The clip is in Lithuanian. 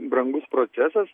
brangus procesas